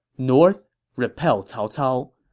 north repel cao cao.